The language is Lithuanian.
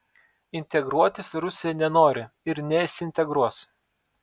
integruotis rusija nenori ir nesiintegruos